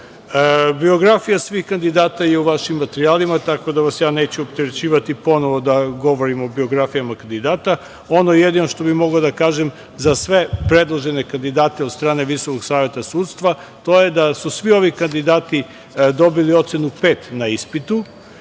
redu. Biografije svih kandidata su u vašim materijalima, tako da vas neću opterećivati ponovo da govorim o biografijama kandidata. Ono što bih jedino mogao da kažem za sve predložene kandidate od strane Visokog saveta sudstva to je da su svi ovi kandidati dobili ocenu pet na ispitu